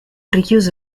richiuse